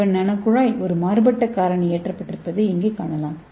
carbon நானோகுழாய் ஒரு மாறுபட்ட காரணி ஏற்றப்பட்டிருப்பதை இங்கே காணலாம்